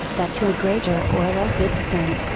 that to a greater or less extent,